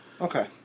Okay